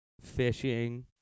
Fishing